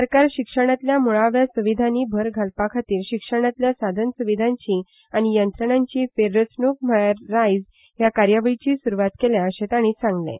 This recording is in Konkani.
सरकारान शिक्षणांतल्या मुळाव्या सुविधांनी भर घालपा खातीर शिक्षणातल्या साधनसुवीधांची आनी यंत्रणांची फेररचणूक म्हळ्यार राय्ज हे कार्यावळीची सुरवात केल्या अशें तांणी सांगलें